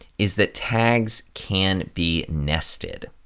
is that tags can be nested.